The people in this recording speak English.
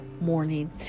morning